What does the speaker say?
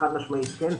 חד משמעית כן.